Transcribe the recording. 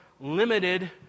limited